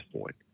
point